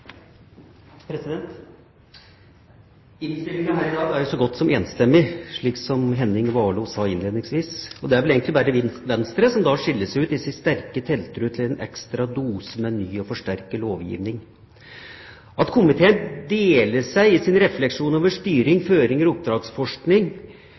så godt som enstemmig, slik som Henning Warloe sa innledningsvis. Det er vel egentlig bare Venstre som skiller seg ut i sin sterke tiltro til en ekstra dose med ny og forsterket lovregulering. At komiteen deler seg i sin refleksjon over